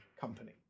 company